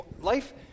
life